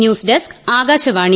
news desk Akashvani